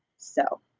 so,